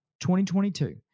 2022